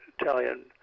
Italian